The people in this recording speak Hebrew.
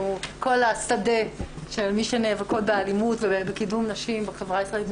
אנחנו כל השדה של מי שנאבקות באלימות ובקידום נשים בחברה הישראלי,